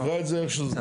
תקרא את זה איך שזה.